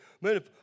Man